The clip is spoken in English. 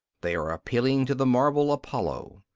they are appealing to the marble apollo.